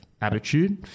attitude